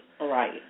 right